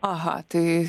aha tai